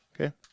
Okay